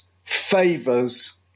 favors